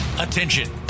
Attention